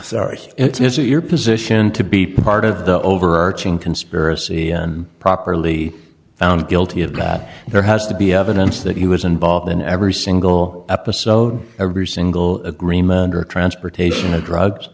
sorry it's is it your position to be part of the overarching conspiracy and properly found guilty of that there has to be evidence that he was involved in every single episode every single agreement or transportation of drugs